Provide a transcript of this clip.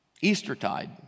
Eastertide